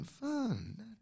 fun